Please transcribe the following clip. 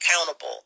accountable